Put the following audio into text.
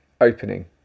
opening